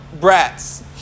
brats